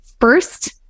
first